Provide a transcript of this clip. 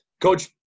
Coach